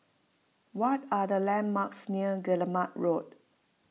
what are the landmarks near Guillemard Road